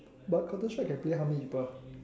but Counterstrike can play how many people